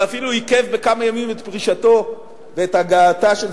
ואפילו עיכב בכמה ימים את פרישתו ואת הגעתה של